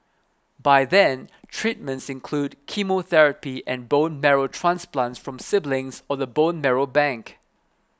by then treatments include chemotherapy and bone marrow transplants from siblings or the bone marrow bank